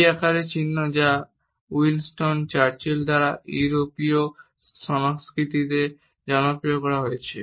V আকৃতির চিহ্ন যা উইনস্টন চার্চিল দ্বারা ইউরোপীয় সংস্কৃতিতে জনপ্রিয় করা হয়েছে